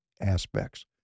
aspects